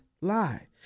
lie